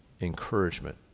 encouragement